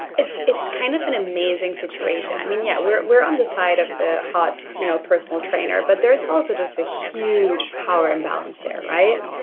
it's it's kind of an amazing situation. i mean yeah we're we're on the side of the hot you know personal trainer but there is also just a huge power imbalance there right.